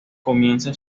comienza